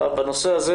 זו עמדתי בנושא,